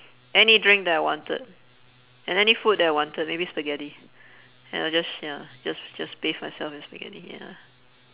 any drink that I wanted and any food that I wanted maybe spaghetti ya I just sh~ ya just just bathe myself with spaghetti ya